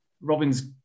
Robin's